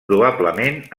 probablement